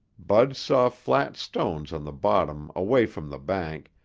bud saw flat stones on the bottom away from the bank,